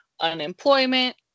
unemployment